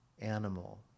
animal